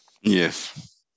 Yes